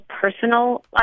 personal